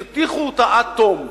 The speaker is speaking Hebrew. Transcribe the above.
הרתיחו אותה עד תום,